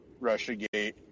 Russiagate